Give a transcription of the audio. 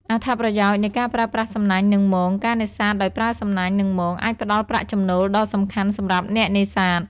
អត្ថប្រយោជន៍នៃការប្រើប្រាស់សំណាញ់ និងមងការនេសាទដោយប្រើសំណាញ់ និងមងអាចផ្តល់ប្រាក់ចំណូលដ៏សំខាន់សម្រាប់អ្នកនេសាទ។